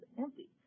empty